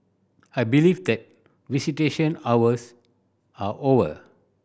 I believe that visitation hours are over